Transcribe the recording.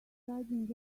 deciding